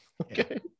okay